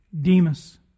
Demas